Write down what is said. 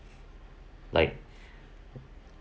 like